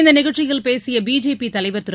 இந்த நிகழ்ச்சியில் பேசிய பிஜேபி தலைவர் திரு